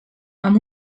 amb